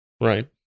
right